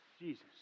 Jesus